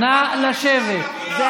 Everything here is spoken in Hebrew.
מיכל, את נוכחות חברי הכנסת, כן,